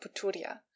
Puturia